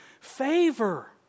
favor